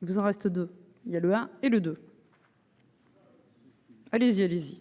Il vous en reste deux il y a le A et le deux. Allez-y, allez-y.